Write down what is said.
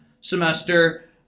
semester